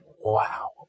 wow